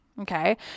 Okay